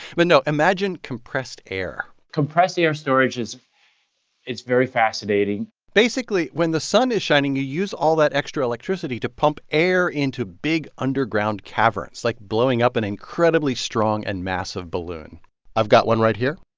but, no, imagine compressed air compressed air storage is it's very fascinating basically, when the sun is shining, you use all that extra electricity to pump air into big underground caverns, like blowing up an incredibly strong and massive balloon i've got one right here